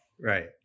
Right